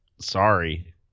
sorry